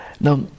now